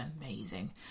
amazing